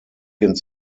ins